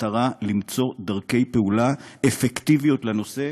במטרה למצוא דרכי פעולה אפקטיביות לנושא.